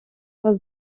вас